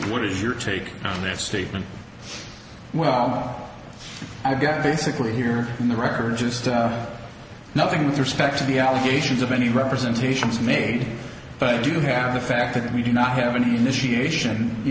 what is your take on that statement well i've got basically here in the record just nothing with respect to the allegations of any representations made but i do have the fact that we do not have an initiation you